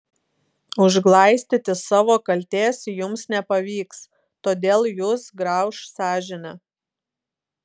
užglaistyti savo kaltės jums nepavyks todėl jus grauš sąžinė